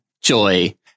Joy